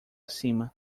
cima